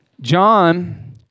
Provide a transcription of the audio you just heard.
John